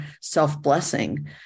self-blessing